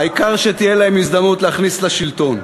העיקר שתהיה להם הזדמנות "להכניס" לשלטון.